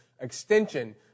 extension